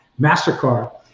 MasterCard